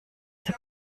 der